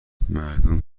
مردم